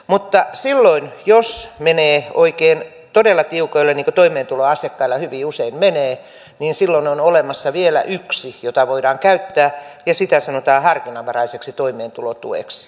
mutta silloin jos menee oikein todella tiukoille niin kuin toimeentuloasiakkailla hyvin usein menee niin silloin on olemassa vielä yksi jota voidaan käyttää ja sitä sanotaan harkinnanvaraiseksi toimeentulotueksi